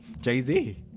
Jay-Z